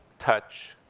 touch,